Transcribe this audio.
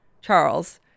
Charles